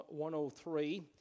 103